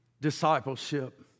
discipleship